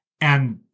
And-